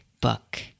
book